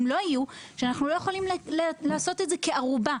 לא יהיו מעורבים אנחנו לא יכולים לעשות את זה כערובה,